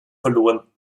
verloren